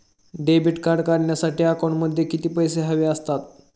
Debit card काढण्यासाठी अकाउंटमध्ये किती पैसे हवे असतात?